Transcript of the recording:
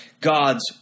God's